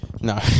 No